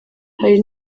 hari